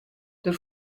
der